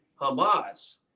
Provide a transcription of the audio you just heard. Hamas